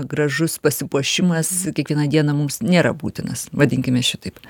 gražus pasipuošimas kiekvieną dieną mums nėra būtinas vadinkime šitaip